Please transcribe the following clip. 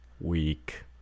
week